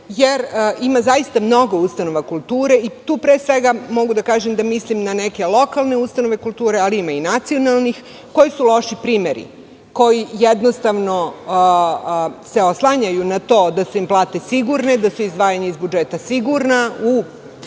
Ima zaista mnogo ustanova kulture i tu mogu da kažem da mislim na neke lokalne ustanove kulture, ali ima i nacionalnih koje su loši primeri, koji se jednostavno oslanjaju na to da su im plate sigurne, da su im izdvajanja iz budžeta sigurna koja